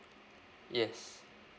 yes